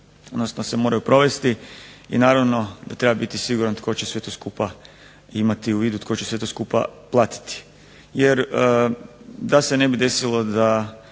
odnosno da se moraju provesti i naravno da treba biti siguran tko će sve to skupa imati u vidu i tko će sve to skupa platiti. Jer da se ne bi desilo da